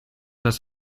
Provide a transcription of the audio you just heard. das